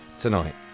tonight